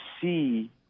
see